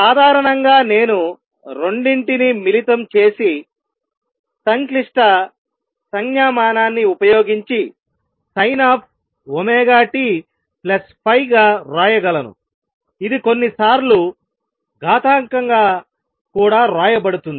సాధారణంగా నేను రెండింటిని మిళితం చేసి సంక్లిష్ట సంజ్ఞామానాన్ని ఉపయోగించి sin⁡ωtϕ గా వ్రాయగలను ఇది కొన్నిసార్లు ఘాతాంకంగా కూడా వ్రాయబడుతుంది